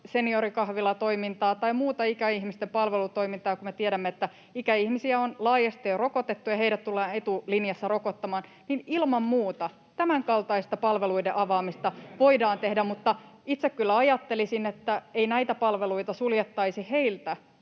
seniorikahvilatoimintaa tai muuta ikäihmisten palvelutoimintaa, kun me tiedämme, että ikäihmisiä on laajasti jo rokotettu ja heidät tullaan etulinjassa rokottamaan, niin ilman muuta tämänkaltaista palveluiden avaamista voidaan tehdä, mutta itse kyllä ajattelisin, että ei näitä palveluita suljettaisi heiltä